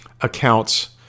accounts